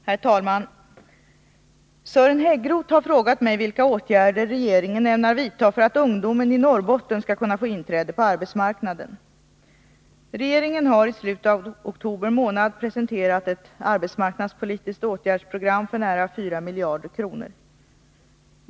Herr talman! Sören Häggroth har frågat mig vilka åtgärder regeringen ämnar vidta för att ungdomen i Norrbotten skall kunna få inträde på arbetsmarknaden. Regeringen har i slutet av oktober månad presenterat ett arbetsmarknadspolitiskt åtgärdsprogram för nära 4 miljarder kronor.